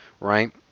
Right